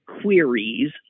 queries